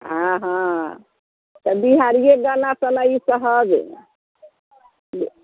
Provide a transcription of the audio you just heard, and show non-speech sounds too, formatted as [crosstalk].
हँ हँ तऽ बिहारिये गानासँ ने ई सहज [unintelligible]